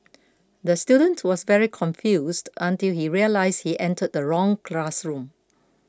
the student was very confused until he realised he entered the wrong classroom